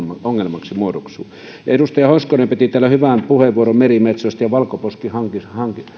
ongelmaksi muodostuu edustaja hoskonen piti täällä hyvän puheenvuoron merimetsoista ja valkoposkihanhista